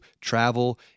travel